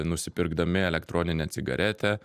nusipirkdami elektroninę cigaretę